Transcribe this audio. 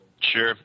Sure